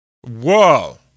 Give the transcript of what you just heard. Whoa